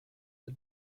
the